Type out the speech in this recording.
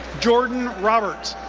jordan roberts,